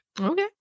Okay